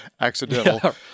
accidental